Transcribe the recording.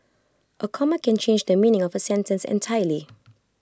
A comma can change the meaning of A sentence entirely